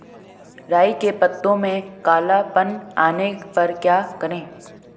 राई के पत्तों में काला पन आने पर क्या करें?